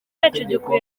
mategeko